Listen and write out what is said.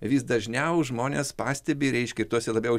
vis dažniau žmonės pastebi reiškia ir tuose labiau